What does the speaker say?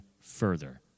further